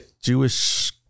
Jewish